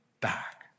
back